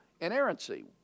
inerrancy